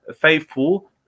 faithful